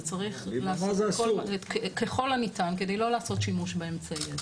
אתה צריך לעשות ככל הניתן כדי לא לעשות שימוש באמצעי הזה.